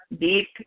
deep